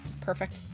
perfect